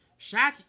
Shaq